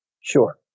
Sure